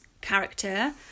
character